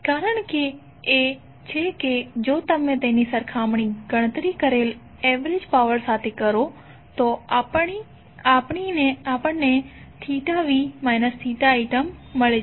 કારણ એ છે કે જો તમે તેની સરખામણી ગણતરી કરેલ એવરેજ પાવર સાથે કરો તો આપણીને v i ટર્મ મળે છે